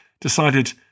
decided